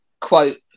quote